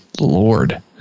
Lord